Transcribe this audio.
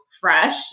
fresh